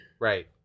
Right